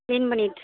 ten minutes